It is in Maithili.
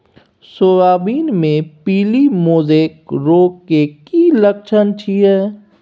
सोयाबीन मे पीली मोजेक रोग के की लक्षण छीये?